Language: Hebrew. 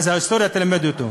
ואז ההיסטוריה תלמד אותו.